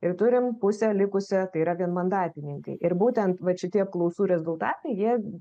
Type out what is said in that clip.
ir turim pusę likusią tai yra vienmandatininkai ir būtent vat šitie apklausų rezultatai jie